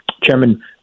Chairman